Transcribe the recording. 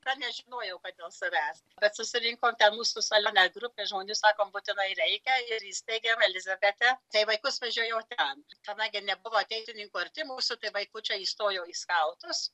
dar nežinojau kad dėl savęs bet susirinko ten mūsų salione grupė žmonių sakom būtinai reikia ir ir įsteigėm elizabetę tai vaikus vežiojau ten kadangi nebuvo ateitininkų arti mūsų tai vaikučiai įstojo į skautus